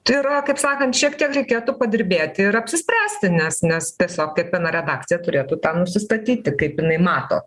tai yra kaip sakant šiek tiek reikėtų padirbėti ir apsispręsti nes nes tiesiog kiekviena redakcija turėtų tą nusistatyti kaip jinai mato